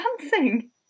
dancing